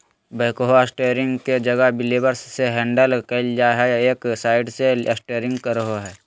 backhoe steering के जगह levers से हैंडल कइल जा हइ, एक साइड ले स्टेयरिंग रहो हइ